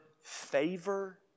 favor